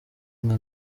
nka